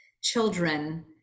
children